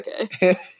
Okay